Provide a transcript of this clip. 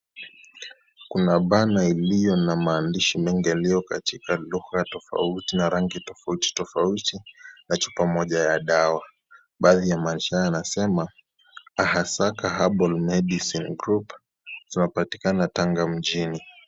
Kuna bana iliyo na maandishi mengi yalio katika lugha tofauti na rangi tofauti tofauti, na chupa moja ya dawa, baadhi ya maandishi haya yanasema,(cs)ahasaka medical group(cs), twapatikana tanga mjini.